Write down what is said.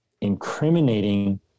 incriminating